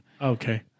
Okay